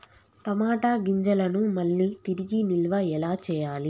టమాట గింజలను మళ్ళీ తిరిగి నిల్వ ఎలా చేయాలి?